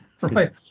right